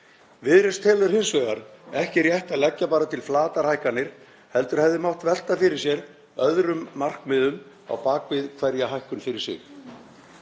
Viðreisn telur hins vegar ekki rétt að leggja bara til flatar hækkanir heldur hefði mátt velta fyrir sér öðrum markmiðum á bak við hverja hækkun fyrir sig.